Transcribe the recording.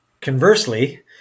Conversely